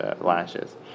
lashes